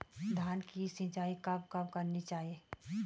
धान की सिंचाईं कब कब करनी चाहिये?